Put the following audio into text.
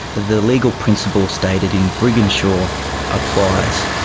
the legal principle stated in briginshaw applies,